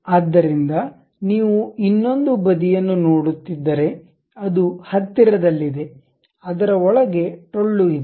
ಆದ್ದರಿಂದ ನೀವು ಇನ್ನೊಂದು ಬದಿಯನ್ನು ನೋಡುತ್ತಿದ್ದರೆ ಅದು ಹತ್ತಿರದಲ್ಲಿದೆ ಅದರ ಒಳಗೆ ಟೊಳ್ಳು ಇದೆ